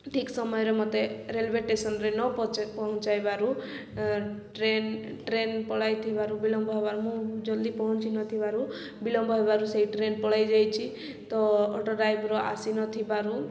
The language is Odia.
ଠିକ୍ ସମୟରେ ମୋତେ ରେଲୱେ ଷ୍ଟେସନ୍ରେ ନ ପଚ ପହଞ୍ଚାଇବାରୁ ଟ୍ରେନ୍ ଟ୍ରେନ୍ ପଳାଇ ଥିବାରୁ ବିଳମ୍ବ ହେବାରୁ ମୁଁ ଜଲ୍ଦି ପହଞ୍ଚିି ନ ଥିବାରୁ ବିଳମ୍ବ ହେବାରୁ ସେଇ ଟ୍ରେନ୍ ପଳାଇ ଯାଇଛି ତ ଅଟୋ ଡ୍ରାଇଭର୍ ଆସିନଥିବାରୁ